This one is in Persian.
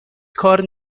کار